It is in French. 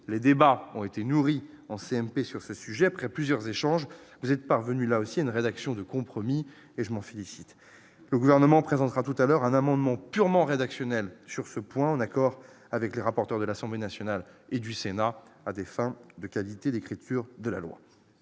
les débats ont été nourris en CMP sur ce sujet après plusieurs échanges vous êtes parvenus là aussi une rédaction de compromis et je m'en félicite le gouvernement présentera tout à l'heure un amendement purement rédactionnel sur ce point, en accord avec les rapporteurs de l'Assemblée nationale et du Sénat, à des fins de qualité d'écriture de la loi,